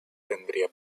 tendría